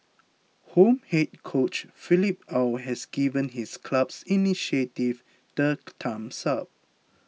home head coach Philippe Aw has given his club's initiative the thumbs up